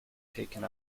taken